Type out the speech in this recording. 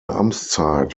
amtszeit